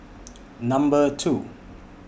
Number two